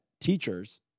teachers